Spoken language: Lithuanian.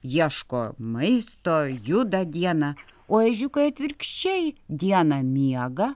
ieško maisto juda dieną o ežiukai atvirkščiai dieną miega